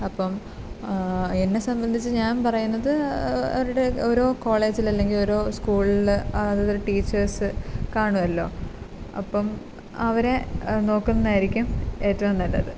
അപ്പം എന്നെ സംബന്ധിച്ച് ഞാൻ പറയുന്നത് അവരുടെ ഓരോ കോളേജിൽ അല്ലെങ്കിൽ ഓരോ സ്കൂളിൽ അതാത് ഒരു ടീച്ചേഴ്സ് കാണുമല്ലോ അപ്പം അവരെ നോക്കുന്നതായിരിക്കും ഏറ്റവും നല്ലത്